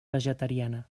vegetariana